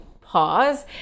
pause